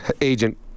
agent